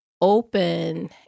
open